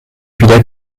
wieder